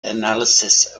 analysis